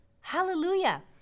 Hallelujah